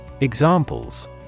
Examples